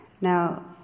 now